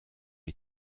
est